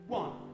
one